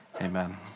Amen